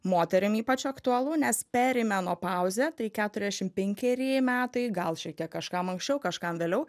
moterim ypač aktualu nes perimenopauzė tai keturiasdešim penkeri metai gal šiek tiek kažkam anksčiau kažkam vėliau